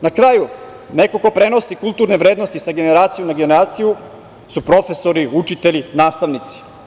Na kraju, neko ko prenosi kulturne vrednosti sa generacije na generaciju su profesori, učitelji, nastavnici.